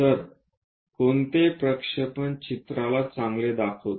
तर कोणते प्रक्षेपण चित्राला चांगले दाखवत